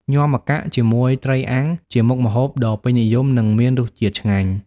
ញាំម្កាក់ជាមួយត្រីអាំងជាមុខម្ហូបដ៏ពេញនិយមនិងមានរសជាតិឆ្ងាញ់។